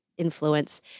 influence